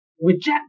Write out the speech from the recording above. reject